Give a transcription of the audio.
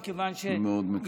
אני מקווה מאוד.